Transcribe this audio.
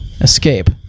Escape